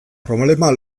problema